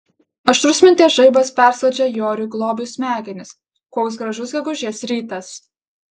aštrus minties žaibas perskrodžia joriui globiui smegenis koks gražus gegužės rytas